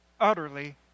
utterly